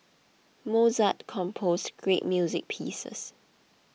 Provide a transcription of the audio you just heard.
Mozart composed great music pieces